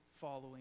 following